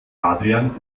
adrian